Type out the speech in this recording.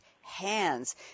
hands